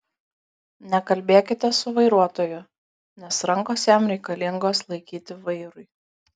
nekalbėkite su vairuotoju nes rankos jam reikalingos laikyti vairui